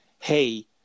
hey